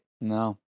No